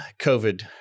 COVID